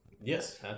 Yes